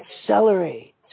accelerate